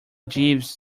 jeeves